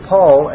Paul